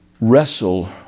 Wrestle